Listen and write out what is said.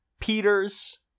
Peters